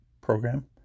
program